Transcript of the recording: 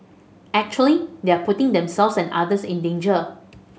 actually they are putting themselves and others in danger